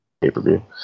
pay-per-view